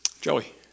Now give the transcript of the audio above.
Joey